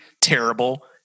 terrible